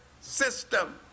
system